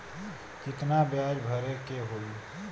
कितना ब्याज भरे के होई?